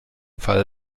fall